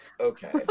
Okay